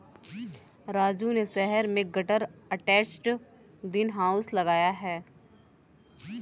राजू ने शहर में गटर अटैच्ड ग्रीन हाउस लगाया है